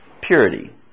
purity